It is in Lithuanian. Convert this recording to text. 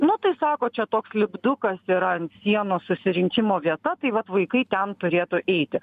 nu tai sako čia toks lipdukas yra ant sienos susirinkimo vieta tai vat vaikai ten turėtų eiti